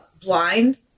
Blind